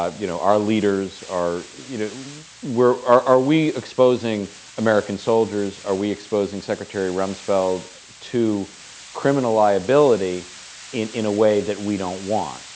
um you know, our leaders are you know we're are are we exposing american soldiers? are we exposing secretary rumsfeld to criminal liability in in a way that we don't want?